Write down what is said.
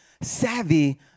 savvy